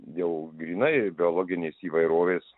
jau grynai biologinės įvairovės